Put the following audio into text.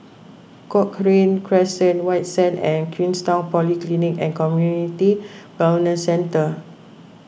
Cochrane Crescent White Sands and Queenstown Polyclinic and Community Wellness Centre